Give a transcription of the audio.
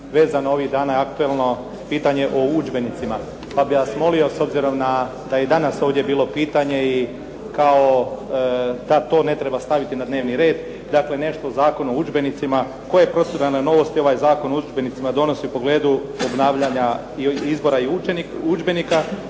vezano uz ono aktualno pitanje o udžbenicima. Pa bih vas molio, s obzirom na, da je i danas ovdje bilo pitanje i kao da to ne treba staviti na dnevni red, da ako je nešto u Zakonu o udžbenicima, …/Govornik se ne razumije./… novosti ovaj Zakon o udžbenicima donosi u pogledu obnavljanja izbora i udžbenika,